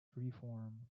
reform